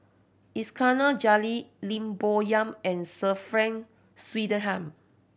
Iskandar Jalil Lim Bo Yam and Sir Frank Swettenham